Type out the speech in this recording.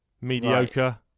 mediocre